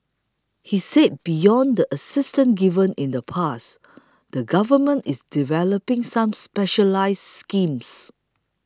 he said beyond the assistance given in the past the Government is developing some specialised schemes